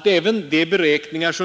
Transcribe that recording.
de är duktiga yrkesmänniskor.